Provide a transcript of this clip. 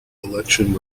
elections